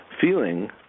Feeling